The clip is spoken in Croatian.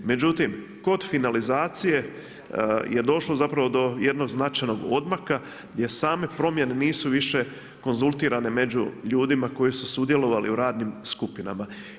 Međutim, kod finalizacije je došlo zapravo do jednog značajnog odmaka gdje same promjene nisu više konzultirane među ljudima koji su sudjelovali u radnim skupinama.